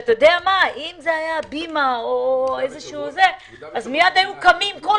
הרי אם זה היה הבימה או משהו כזה היו מיד קמים כל